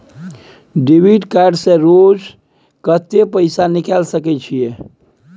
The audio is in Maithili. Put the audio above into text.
डेबिट कार्ड से रोज कत्ते पैसा निकाल सके छिये?